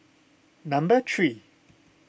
number three